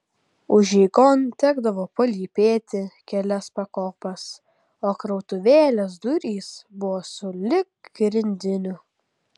užeigon tekdavo palypėti kelias pakopas o krautuvėlės durys buvo sulig grindiniu